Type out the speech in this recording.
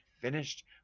finished